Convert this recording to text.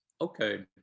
Okay